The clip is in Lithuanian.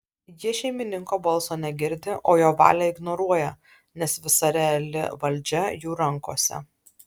jie šeimininko balso negirdi o jo valią ignoruoja nes visa reali valdžia jų rankose